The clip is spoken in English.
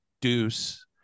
Deuce